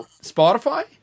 Spotify